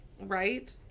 Right